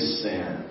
sin